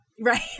Right